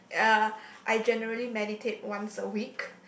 ya I generally meditate once a week